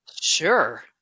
Sure